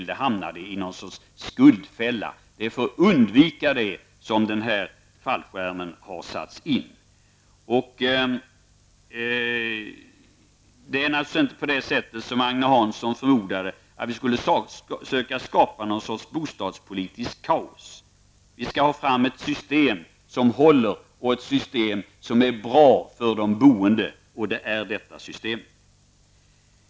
Det är för att undvika detta som denna fallskärm har tillkommit. Det är naturligtvis inte på det sätt som Agne Hansson förmodade att vi skulle försöka skapa något slags bostadspolitiskt kaos. Vi skall skapa ett system som håller och som är bra för de boende. Och det är detta system.